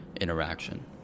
interaction